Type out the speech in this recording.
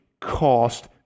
cost